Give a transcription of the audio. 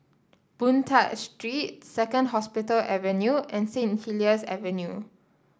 Boon Tat Street Second Hospital Avenue and Saint Helier's Avenue